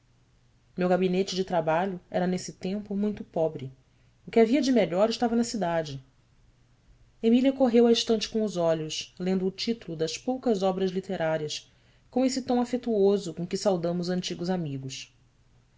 meu gabinete de trabalho era nesse tempo muito pobre o que havia de melhor estava na cidade emília correu a estante com os olhos lendo o título das poucas obras literárias com esse tom afetuoso com que saudamos antigos amigos